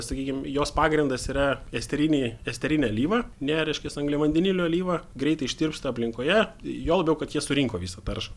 sakykim jos pagrindas yra esteriniai esterinė alyva ne reiškias angliavandenilio alyva greitai ištirpsta aplinkoje juo labiau kad jie surinko visą taršą